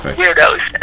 weirdos